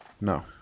No